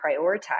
prioritize